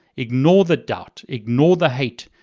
ignore the doubt, ignore the hate.